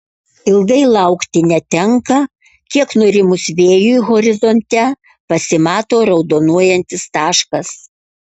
ilgai laukti netenka kiek nurimus vėjui horizonte pasimato raudonuojantis taškas